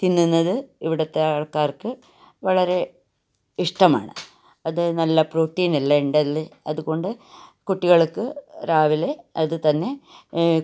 തിന്നുന്നത് ഇവിടുത്തെ ആൾക്കാർക്ക് വളരെ ഇഷ്ടമാണ് അതു നല്ല പ്രോട്ടീനെല്ലാം ഉണ്ടല്ലേ അതുകൊണ്ട് കുട്ടികൾക്ക് രാവിലെ അതുതന്നെ